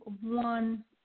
one